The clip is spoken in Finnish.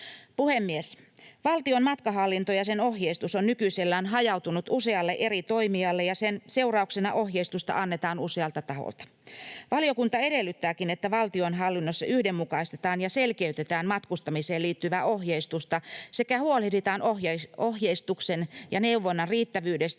Puhemies! Valtion matkahallinto ja sen ohjeistus ovat nykyisellään hajautuneet usealle eri toimijalle, ja sen seurauksena ohjeistusta annetaan usealta taholta. Valiokunta edellyttääkin, että valtionhallinnossa yhdenmukaistetaan ja selkiytetään matkustamiseen liittyvää ohjeistusta sekä huolehditaan ohjeistuksen ja neuvonnan riittävyydestä